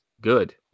good